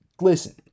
listen